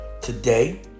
Today